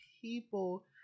people